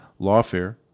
lawfare